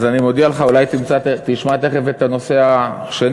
אז אני מודיע לך: אולי תשמע תכף את הנושא השני,